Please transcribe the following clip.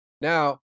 Now